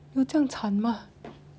有这样惨吗